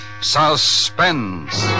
Suspense